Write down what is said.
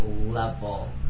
level